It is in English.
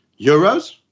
Euros